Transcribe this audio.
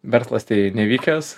verslas tai nevykęs